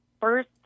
first